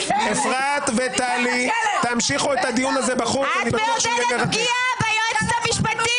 את נותנת רוח גבית לפגיעה בחייה.